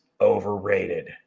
overrated